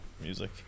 music